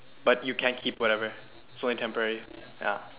but you can't keep whatever so only temporary ya